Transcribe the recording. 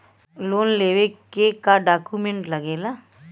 Loan लेवे के का डॉक्यूमेंट लागेला?